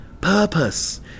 Purpose